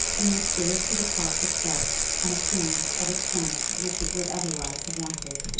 and which gave to the park itself an appearance of extent which it would otherwise have wanted.